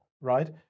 right